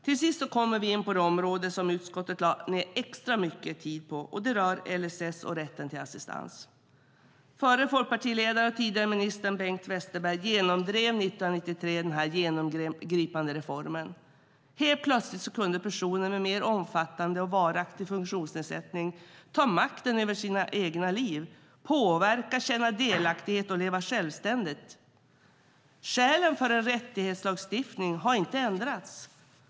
Till sist kommer vi in på det område som utskottet lade ned extra mycket tid på, och det rör LSS och rätten till assistans. Förre folkpartiledaren och tidigare ministern Bengt Westerberg genomdrev 1993 denna genomgripande reform. Helt plötsligt kunde personer med mer omfattande och varaktig funktionsnedsättning ta makten över sina egna liv, påverka, känna delaktighet och leva självständigt. Skälen för en rättighetslagstiftning har inte ändrats.